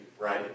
right